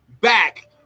back